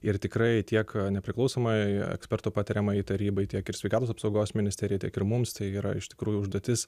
ir tikrai tiek nepriklausomajai ekspertų patariamajai tarybai tiek ir sveikatos apsaugos ministerijai tiek ir mums tai yra iš tikrųjų užduotis